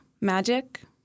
Magic